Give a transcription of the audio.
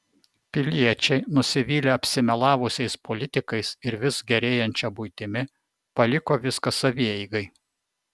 piliečiai nusivylę apsimelavusiais politikais ir vis gerėjančia buitimi paliko viską savieigai